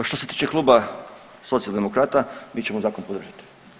Što se tiče Kluba Socijaldemokrata mi ćemo zakon podržati.